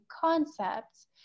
concepts